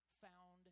found